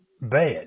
bad